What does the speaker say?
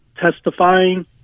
testifying